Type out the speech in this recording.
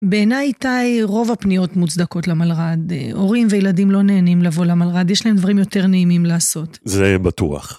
בעיניי, איתי, רוב הפניות מוצדקות למלר"ד. הורים וילדים לא נהנים לבוא למלר"ד, יש להם דברים יותר נעימים לעשות. זה בטוח.